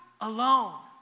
alone